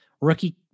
Rookie